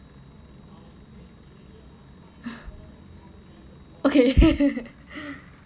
okay